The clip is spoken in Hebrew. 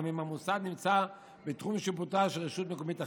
גם אם המוסד נמצא בתחום שיפוטה של רשות מקומית אחרת.